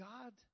God